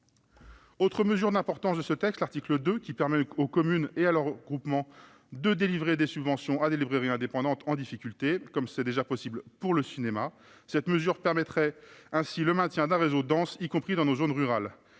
Autre mesure d'importance de ce texte, l'article 2 permet aux communes et à leurs groupements de délivrer des subventions à des librairies indépendantes en difficulté, comme c'est déjà possible pour le cinéma. Cette mesure permettrait ainsi le maintien d'un réseau dense, y compris dans nos zones rurales.